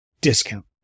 Discount